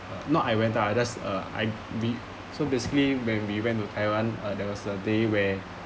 not I went up I just uh I we so basically when we went to taiwan uh there was a day where